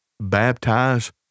baptize